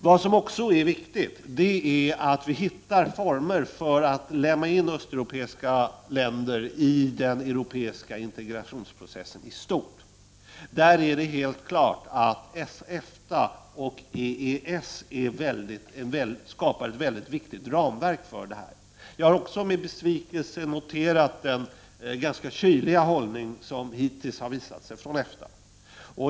Vad som också är viktigt är att vi hittar former för att inlemma östeuropeiska länder i den europeiska integrationsprocessen i stort. Där är det helt klart att EFTA och EES skapar ett mycket viktigt ramverk. Jag har också med besvikelse noterat den ganska kyliga hållning som har visats från EFTA.